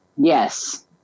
Yes